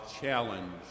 challenge